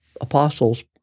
apostles